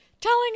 telling